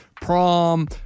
prom